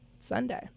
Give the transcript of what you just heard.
Sunday